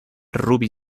ruby